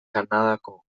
kanadako